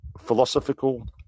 philosophical